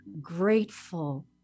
grateful